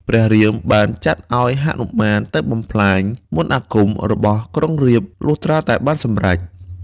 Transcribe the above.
ព្រះរាមបានចាត់ឱ្យហនុមានទៅបំផ្លាញ មន្តអាគមរបស់ក្រុងរាពណ៍លុះត្រាតែសម្រេច។